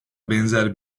benzer